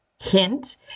Hint